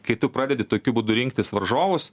kai tu pradedi tokiu būdu rinktis varžovus